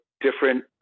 different